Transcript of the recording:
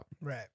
Right